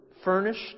furnished